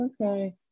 okay